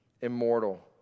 immortal